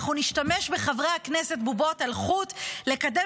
אנחנו נשתמש בחברי הכנסת כבובות על חוט לקדם